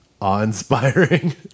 awe-inspiring